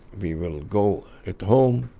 we will go at home,